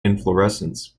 inflorescence